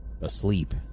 ...asleep